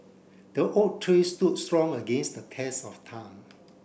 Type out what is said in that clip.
the oak tree stood strong against the test of time